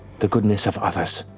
the goodness of others.